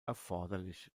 erforderlich